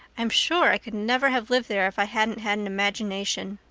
i'm sure i could never have lived there if i hadn't had an imagination.